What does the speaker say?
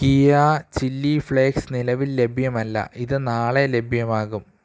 കിയാ chilli flakes നിലവിൽ ലഭ്യമല്ല ഇത് നാളെ ലഭ്യമാകും